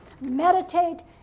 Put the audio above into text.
meditate